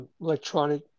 electronic